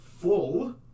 full